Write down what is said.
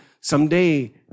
someday